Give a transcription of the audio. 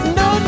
no